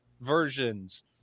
versions